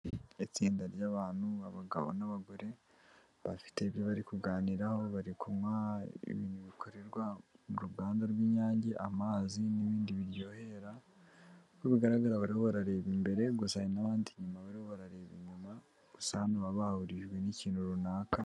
Itsinda ry'abantu, abagabo n'abagore bafite ibyo bari kuganiraho, bari kunywa ibintu bikorerwa mu ruganda rw'Inyange, amazi n'ibindi biryohera. Nk'uko bigaragara bariho barareba imbere gusa n'abandi inyuma bariho barareba inyuma, gusa hano baba bahahurijwe n'ikintu runaka.